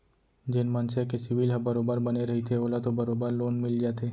जेन मनसे के सिविल ह बरोबर बने रहिथे ओला तो बरोबर लोन मिल जाथे